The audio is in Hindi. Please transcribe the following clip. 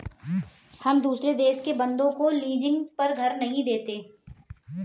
हम दुसरे देश के बन्दों को लीजिंग पर घर नहीं देते